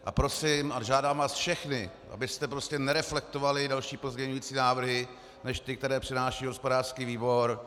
A prosím a žádám vás všechny, abyste prostě nereflektovali další pozměňující návrhy než ty, které přináší hospodářský výbor.